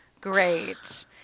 Great